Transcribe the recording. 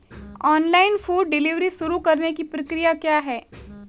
Online food delivery शुरू करने की प्रक्रिया क्या है?